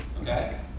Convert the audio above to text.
okay